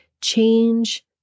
change